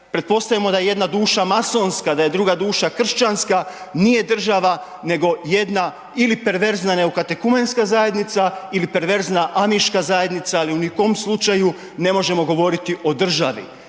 pretpostavimo da je jedna duša masonska, da je druga duša kršćanska, nije država nego jedna ili perverzna neokatekumenska zajednica ili perverzna amiška zajednica, ali ni u kom slučaju ne možemo govoriti o državi.